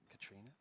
Katrina